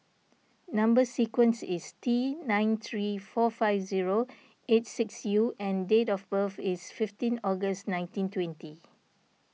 Number Sequence is T nine three four five zero eight six U and date of birth is fifteen August nineteen twenty